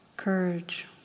courage